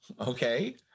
Okay